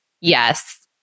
Yes